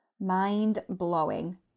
Mind-blowing